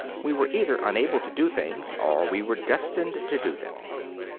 we were either unable to do things or we were destined to do them.